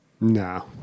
No